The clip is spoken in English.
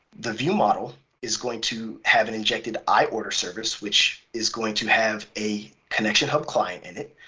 the viewmodel is going to have an injected i order service, which is going to have a connection hub client in it,